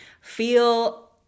feel